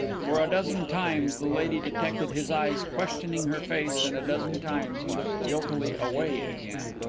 for a dozen times the lady detected his eyes questioning her face and a dozen times he looked guiltily away again.